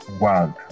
wild